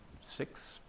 six